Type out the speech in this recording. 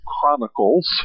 Chronicles